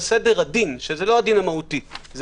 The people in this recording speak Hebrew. בסדר הדין שזה לא הדין המהותי אלא